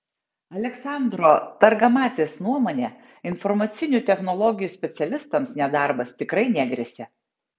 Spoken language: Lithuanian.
aleksandro targamadzės nuomone informacinių technologijų specialistams nedarbas tikrai negresia